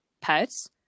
pets